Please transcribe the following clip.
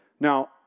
Now